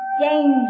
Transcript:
Danger